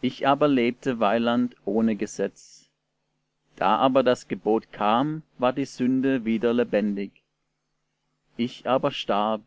ich aber lebte weiland ohne gesetz da aber das gebot kam ward die sünde wieder lebendig ich aber starb